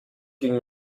ging